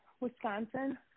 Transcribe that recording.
Wisconsin